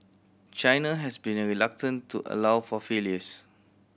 China has been reluctant to allow for failures